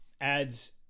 adds